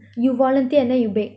you volunteer and then you bake